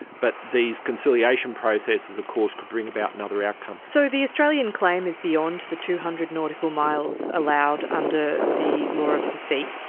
but these conciliation processes of course could bring about another outcome. so the australian claim is beyond the two hundred nautical miles allowed under the law of the sea?